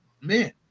man